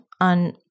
on